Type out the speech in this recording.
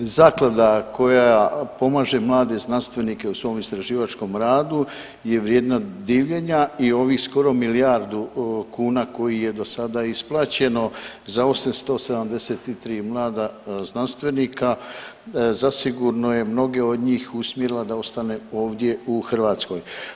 Zaklada koja pomaže mlade znanstvenike u svom istraživačkom radu je vrijedna divljenja i ovih skoro milijardu kuna koji je do sada isplaćeno za 873 mlada znanstvenika zasigurno je mnoge od njih usmjerila da ostane ovdje u Hrvatskoj.